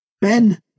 Ben